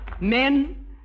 Men